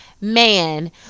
man